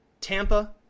Tampa